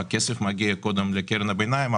הכסף מגיע קודם לקרן הביניים,